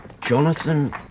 Jonathan